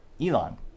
Elon